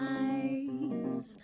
eyes